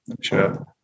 sure